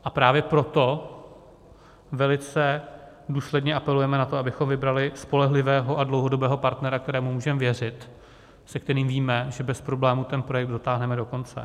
A právě proto velice důsledně apelujeme na to, abychom vybrali spolehlivého a dlouhodobého partnera, kterému můžeme věřit, se kterým víme, že bez problémů ten projekt dotáhneme do konce.